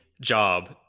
job